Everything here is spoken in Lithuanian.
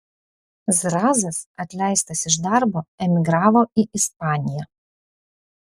zrazas atleistas iš darbo emigravo į ispaniją